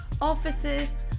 Offices